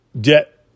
debt